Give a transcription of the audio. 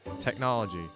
technology